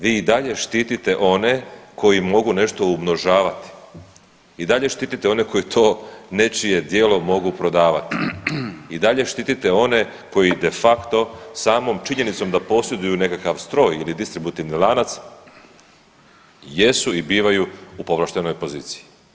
Vi i dalje štitite one koji mogu nešto umnožavati i dalje štitite one koji to nečije djelo mogu prodavati i dalje štitite one koji de facto samom činjenicom da posjeduju nekakav stroj ili distributivni lanac jesu i bivaju u povlaštenoj poziciji.